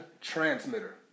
Transmitter